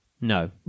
No